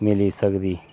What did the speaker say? मिली सकदी